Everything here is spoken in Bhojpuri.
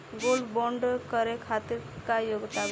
गोल्ड बोंड करे खातिर का योग्यता बा?